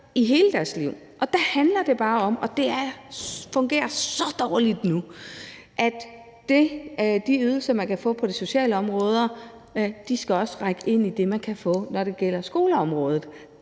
i hele deres liv. Der handler det bare om – og det fungerer så dårligt nu – at de ydelser, man kan få på de sociale områder, også skal række ind i det, man kan få, når det gælder skoleområdet.